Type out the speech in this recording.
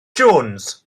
jones